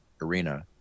arena